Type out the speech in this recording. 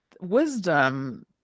wisdom